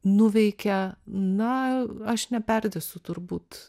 nuveikia na aš neperdėsiu turbūt